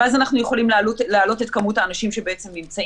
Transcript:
ואז אנחנו יכולים להעלות את כמות האנשים שנמצאים